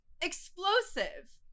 explosive